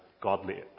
godly